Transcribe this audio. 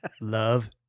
Love